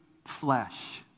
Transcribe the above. flesh